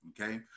Okay